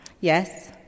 Yes